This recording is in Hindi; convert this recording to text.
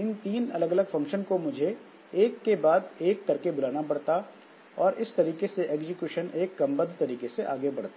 इन तीन अलग अलग फंक्शन को मुझे एक के बाद एक करके बुलाना पड़ता और इस तरीके से एग्जीक्यूशन एक क्रमबद्ध तरीके से आगे बढ़ता